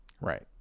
Right